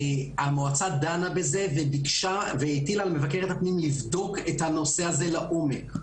המועצה דנה בזה והטילה על מבקרת הפנים לבדוק את הנושא הזה לעומק.